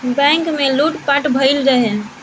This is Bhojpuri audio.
बैंक में लूट पाट भईल रहे